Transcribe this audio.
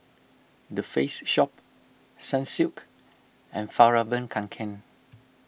the Face Shop Sunsilk and Fjallraven Kanken